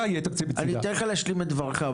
אני אתן לך להשלים את דברך,